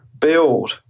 build